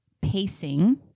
pacing